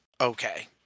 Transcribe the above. okay